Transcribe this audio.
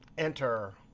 enter.